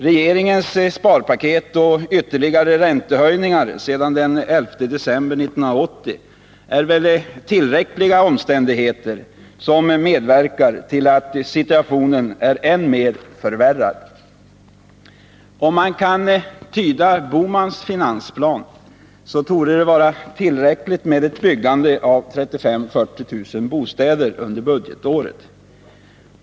Regeringens sparpaket och ytterligare räntehöjningar sedan den 11 december 1980 får väl anses vara tillräckliga omständigheter, som bör leda till ett ändrat ställningstagande. De har medverkat till att ytterligare förvärra situationen. Om jag tyder Gösta Bohmans finansplan rätt anser han att det är tillräckligt med ett byggande av 35 000-40 000 bostäder under budgetåret.